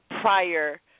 prior